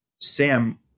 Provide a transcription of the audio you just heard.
Sam